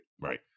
Right